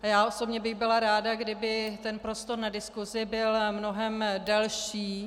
A já osobně bych byla ráda, kdyby ten prostor na diskusi byl mnohem delší.